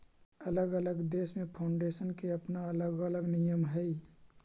अलग अलग देश में फाउंडेशन के अपना अलग अलग नियम हई